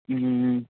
ம்ம்ம்